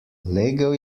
legel